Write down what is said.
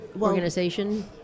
organization